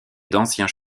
d’anciens